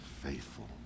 faithful